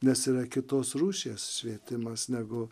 nes yra kitos rūšies švietimas negu